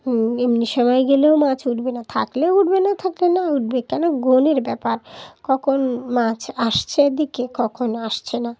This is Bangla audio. এমনি সময় গেলেও মাছ উঠবে না থাকলেও উঠবে না থাকলে না উঠবে কেন গ্রহণের ব্যাপার কখন মাছ আসছে এদিকে কখন আসছে না